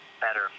better